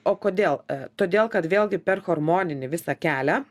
o kodėl todėl kad vėlgi per hormoninį visą kelią